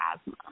asthma